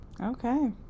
Okay